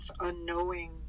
unknowing